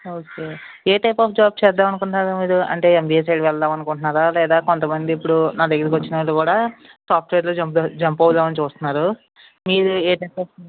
okay a type of job చేద్దామనుకుంటున్నారు మీరు అంటే ఎంబీఏ చేసి వెళదాం అనుకుంటున్నారా లేదా కొంత మంది ఇప్పుడు నా దగ్గరకు వచ్చిన వాళ్ళు కూడా సాఫ్ట్వేర్లో జంప్ జంప్ అవుదామని చూస్తున్నారు మీరు ఏ టైప్ ఆఫ్